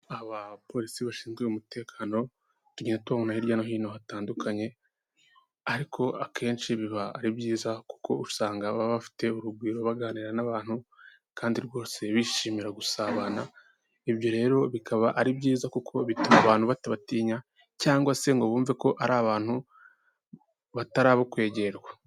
Abapolisi bashinzwe umutekano, tugenda tubabona hirya no hino hatandukanye, ariko akenshi biba ari byiza kuko usanga, baba afite urugwiro baganira n'abantu kandi rwose bishimira gusabana, ibyo rero bikaba ari byiza kuko bituma abantu batabatinya cyangwa se ngo bumve ko ari abantu batara abo kwegerwa.